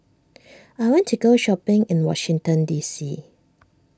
I want to go shopping in Washington D C